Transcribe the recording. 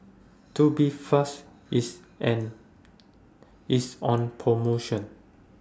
Tubifast IS An IS on promotion